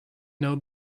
know